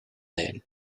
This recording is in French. aile